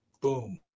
boom